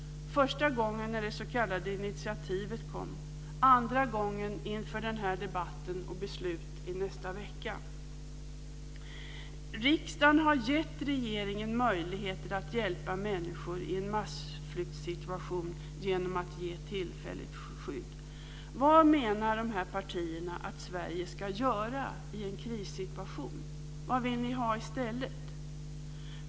Första gången när det s.k. initiativet kom. Andra gången inför den här debatten och beslutet i nästa vecka. Riksdagen har gett regeringen möjligheter att hjälpa människor i en massflyktssituation genom att ge tillfälligt skydd. Vad menar de här partierna att Sverige ska göra i en krissituation? Vad vill ni ha i stället?